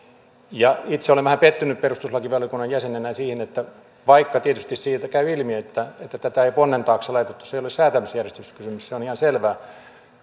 itse olen perustuslakivaliokunnan jäsenenä vähän pettynyt siihen että vaikka tietysti siitä käy ilmi että että tätä ei ponnen taakse laitettu se ei ole säätämisjärjestyskysymys se on ihan selvää